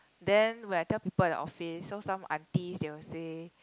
then when I tell people in office so some aunties they will say